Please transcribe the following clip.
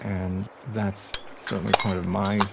and that's certainly part of my